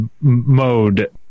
mode